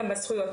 בנושא הזכויות.